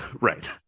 Right